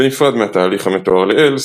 בנפרד מהתהליך המתואר לעיל,